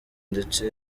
ndetse